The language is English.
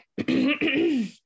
okay